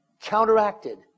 counteracted